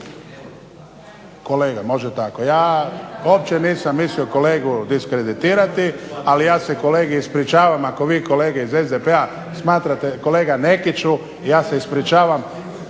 Kolega, može tako, ja uopće nisam mislio kolegu diskreditirati ali ja se kolegi ispričavam ako vi kolege iz SDP-a smatrate, kolega Nekiću ja se ispričavam!